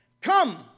come